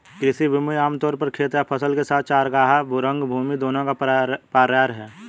कृषि भूमि आम तौर पर खेत या फसल के साथ चरागाह, रंगभूमि दोनों का पर्याय है